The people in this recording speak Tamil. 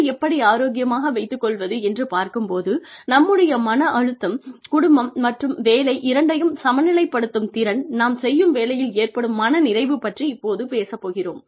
மனதை எப்படி ஆரோக்கியமாக வைத்துக் கொள்வது என்று பார்க்கும் போது நம்முடைய மன அழுத்தம் குடும்பம் மற்றும் வேலை இரண்டையும் சமநிலைப்படுத்தும் திறன் நாம் செய்யும் வேலையில் ஏற்படும் மனநிறைவு பற்றி இப்போது பேசப் போகிறோம்